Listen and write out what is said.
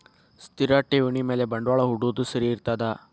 ಸ್ಥಿರ ಠೇವಣಿ ಮ್ಯಾಲೆ ಬಂಡವಾಳಾ ಹೂಡೋದು ಸರಿ ಇರ್ತದಾ?